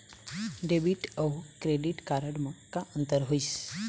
Debit अऊ credit card म का अंतर होइस?